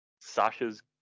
Sasha's